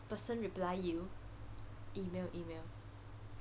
person reply you email email